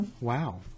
wow